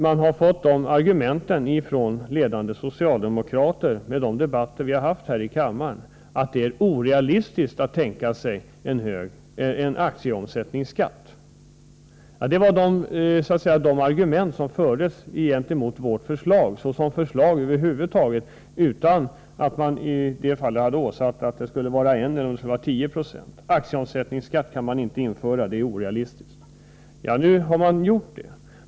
Vid de debatter som vi har haft i kammaren om detta har de ledande socialdemokraterna sagt att det är orealistiskt att tänka sig en aktieomsättningsskatt. Detta är det argument som anförts gentemot vårt förslag, trots att det ännu inte hade sagts om skatten skulle vara 1 96 eller 10 96. Nej, aktieomsättningsskatt skulle man inte införa, för det vore orealistiskt. Nu har man ändå gjort det.